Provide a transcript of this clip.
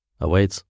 awaits